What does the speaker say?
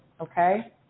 okay